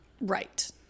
Right